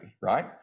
right